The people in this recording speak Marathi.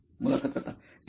मुलाखत कर्ता ठीक आहे